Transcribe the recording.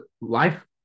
life